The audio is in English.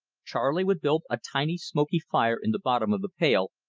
charley would build a tiny smoky fire in the bottom of the pail,